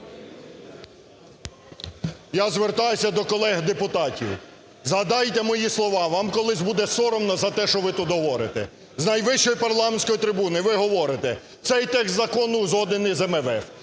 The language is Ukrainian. Я звертаюся до колег депутатів. Згадайте мої слова, вам колись буде соромно за те, що ви тут говорите. З найвищої парламентської трибуни ви говорите: цей текст закону узгоджений з МВФ,